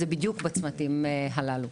היא בדיוק בצמתים הללו.